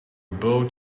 bow